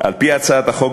החוק,